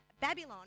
Babylon